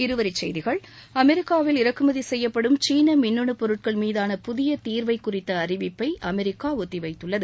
இருவரிச்செய்திகள் அமெரிக்காவில் இறக்குமதி செய்யப்படும் சீன மின்னனு பொருட்கள் மீதான புதிய தீர்வை குறித்த அறிவிப்பை அமெரிக்கா ஒத்தி வைத்துள்ளது